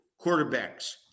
quarterbacks